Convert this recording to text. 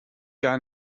gar